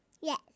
Yes